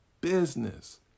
business